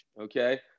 Okay